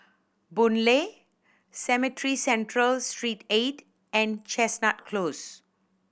Boon Lay Cemetry Central Street Eight and Chestnut Close